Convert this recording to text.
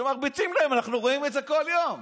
שמרביצים להם, אנחנו רואים את זה כל יום,